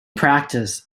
practice